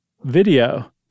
video